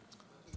תחושתך.